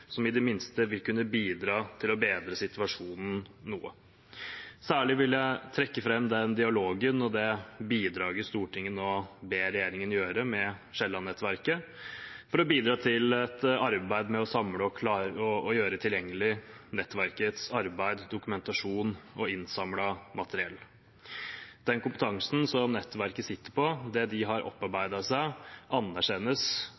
som i det minste vil kunne bidra til å bedre situasjonen noe. Særlig vil jeg trekke fram dialogen og det bidraget Stortinget nå ber regjeringen gjøre overfor Kielland-nettverket, for å bidra til et arbeid med å samle og gjøre tilgjengelig nettverkets arbeid, dokumentasjon og innsamlet materiell. Den kompetansen som nettverket sitter på, det de har